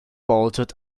bolted